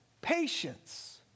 Patience